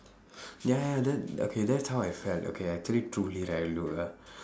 ya ya that okay that's how I felt okay actually two days I will look ah